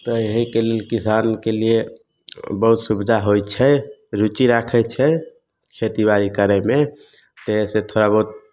तऽ एहिके लेल किसानके लिए बहुत सुविधा होइ छै रुचि राखै छै खेतीबाड़ी करयमे फेरसँ थोड़ा बहुत